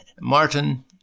Martin